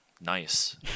Nice